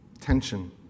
Tension